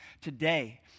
Today